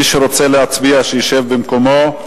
מי שרוצה להצביע, שישב במקומו.